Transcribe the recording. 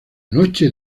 noche